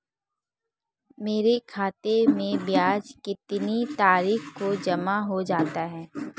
मेरे खाते में ब्याज कितनी तारीख को जमा हो जाता है?